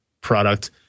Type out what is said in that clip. product